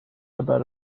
about